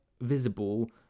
visible